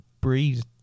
breeze